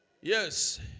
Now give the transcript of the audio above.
Yes